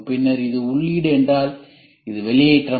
பின்னர் இது உள்ளீடு என்றால் இது வெளியேற்றம்